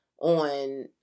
on